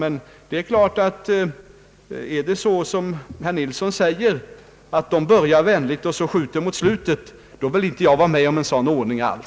Kanske förhåller det sig så som herr Nilsson säger att de börjar vänligt och sedan skjuter mot slutet, men en sådan ordning vill jag inte alls vara med om för jordbrukets del.